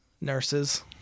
Nurses